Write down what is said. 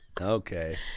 Okay